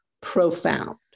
profound